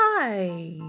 Hi